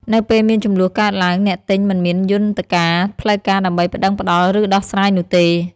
នៅពេលមានជម្លោះកើតឡើង អ្នកទិញមិនមានយន្តការផ្លូវការដើម្បីប្ដឹងផ្ដល់ឬដោះស្រាយនោះទេ។